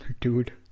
dude